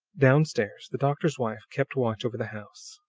down-stairs, the doctor's wife kept watch over the house.